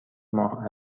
ماه